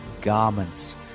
garments